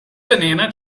banana